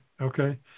okay